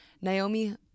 Naomi